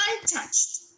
untouched